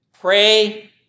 pray